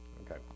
Okay